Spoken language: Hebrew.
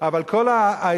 אבל כל האסקלציה,